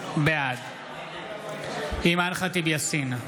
בעד אימאן ח'טיב יאסין,